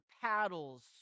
paddles